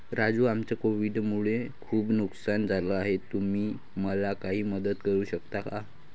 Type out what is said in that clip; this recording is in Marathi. राजू आमचं कोविड मुळे खूप नुकसान झालं आहे तुम्ही मला काही मदत करू शकता का?